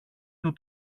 του